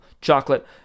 chocolate